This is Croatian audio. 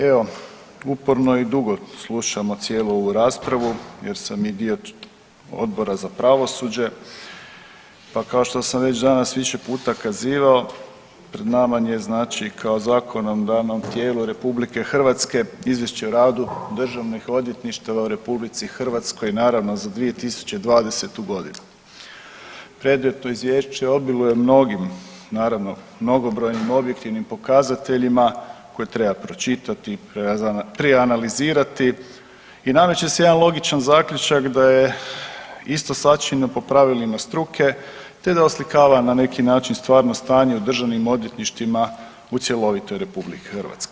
Evo uporno i dugo slušamo cijelu ovu raspravu jer sam i dio Odbora za pravosuđe pa kao što sam već danas više puta kazivao pred nama je kao zakonodavnom tijelu RH Izvješće o radu državnih odvjetništava u RH naravno za 2020.g. Predmetno izvješće obiluje mnogim naravno mnogobrojnim objektivnim pokazateljima koje treba pročitati, proanalizirati i nameće se jedan logičan zaključak da je isto sačinjeno po pravilima struke ta oslikava na neki način stvarno stanje u državnim odvjetništvima u cjelovitoj RH.